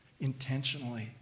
intentionally